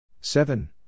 seven